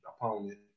opponent